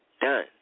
done